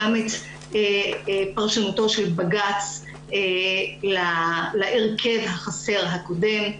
גם את פרשנותו של בג"ץ להרכב החסר הקודם.